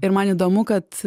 ir man įdomu kad